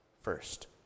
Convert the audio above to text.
first